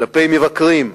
כלפי מבקרים,